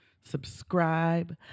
subscribe